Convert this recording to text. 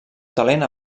talent